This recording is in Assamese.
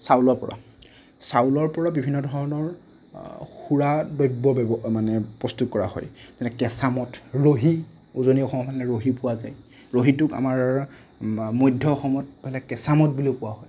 চাউলৰ পৰা চাউলৰ পৰা বিভিন্ন ধৰণৰ সুৰা দ্ৰব্য মানে প্ৰস্তুত কৰা হয় মানে কেঁচা মদ ৰহি উজনি অসমৰ ফালে ৰহি পোৱা যায় ৰহিটোক আমাৰ মধ্য অসমৰ ফালে কেঁচা মদ বুলি কোৱা হয়